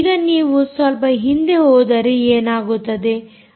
ಈಗ ನೀವು ಸ್ವಲ್ಪ ಹಿಂದೆ ಹೋದರೆ ಏನಾಗುತ್ತದೆ